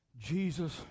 Jesus